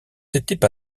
s’étaient